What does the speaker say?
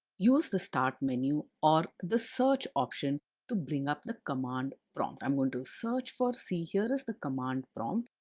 use the start menu or the search option to bring up the command prompt. i'm going to search for c. here is the command but um